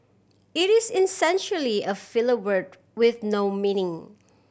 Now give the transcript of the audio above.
it is essentially a filler word with no meaning